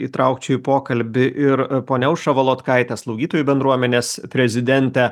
įtraukčiau į pokalbį ir ponią aušrą volodkaitę slaugytojų bendruomenės prezidentę